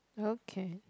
okay